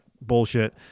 bullshit